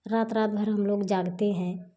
रात रात भर हम लोग जागते हैं